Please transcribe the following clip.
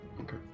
Okay